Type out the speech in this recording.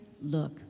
Look